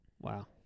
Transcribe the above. wow